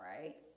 right